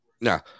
Now